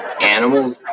Animals